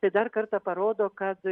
tai dar kartą parodo kad